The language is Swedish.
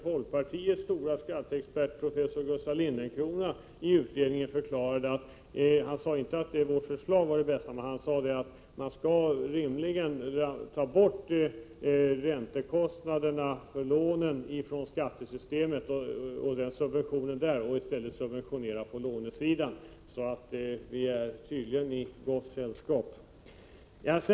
Folkpartiets stora skatteexpert, professor Gustav Lindencrona, sade t.o.m. i utredningen att man rimligen bör ta bort räntekostnaderna för lånen från skattesystemet och i stället subventionera på lånesidan, vilket alltså betyder att vi med vårt förslag är i gott sällskap.